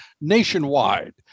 nationwide